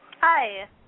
Hi